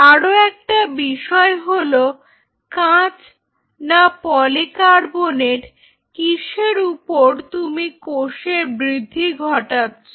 আরো একটা বিষয় হল কাঁচ না পলিকার্বনেট কিসের ওপর তুমি কোষের বৃদ্ধি ঘটাচ্ছো